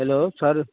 hello sorry